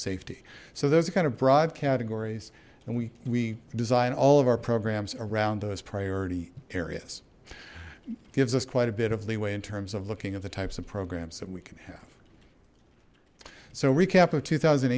safety so there's a kind of broad categories and we design all of our programs around those priority areas gives us quite a bit of leeway in terms of looking at the types of programs that we can have so recap of two thousand